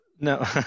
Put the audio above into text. no